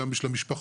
גם בשביל המשפחות,